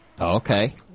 Okay